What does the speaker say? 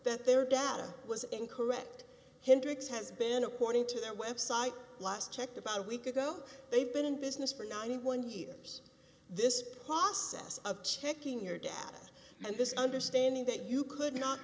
that their data was incorrect hindrance has been according to that website last checked about a week ago they've been in business for ninety one years this process of checking your data and this understanding that you could not